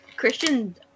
Christian's